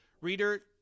reader